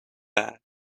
bad